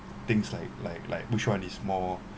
things like like like which one is more